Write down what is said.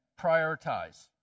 prioritize